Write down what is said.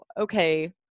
okay